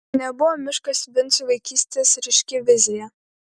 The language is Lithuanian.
nebuvo miškas vincui vaikystės ryški vizija